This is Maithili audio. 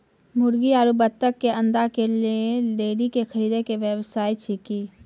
मुर्गी आरु बत्तक के अंडा के लेल डेयरी के खरीदे के व्यवस्था अछि कि?